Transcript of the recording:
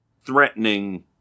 threatening